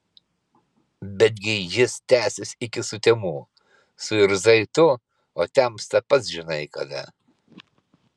betgi jis tęsis iki sutemų suirzai tu o temsta pats žinai kada